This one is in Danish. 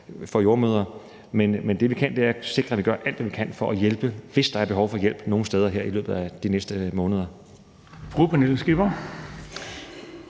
jo også godt. Men det, vi kan, er at sikre, at vi gør alt, hvad vi kan, for at hjælpe, hvis der er behov for hjælp nogle steder her i løbet af de næste måneder. Kl. 10:22 Den